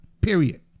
Period